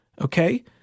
Okay